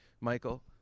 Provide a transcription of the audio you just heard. Michael